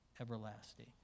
everlasting